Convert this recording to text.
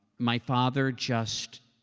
my father just.